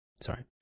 sorry